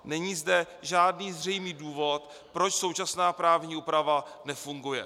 Není zde žádný zřejmý důvod, proč současná právní úprava nefunguje.